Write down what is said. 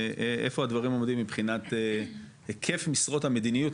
איפה הדברים עומדים מבחינת היקף משרות המדיניות,